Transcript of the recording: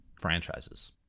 franchises